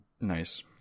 nice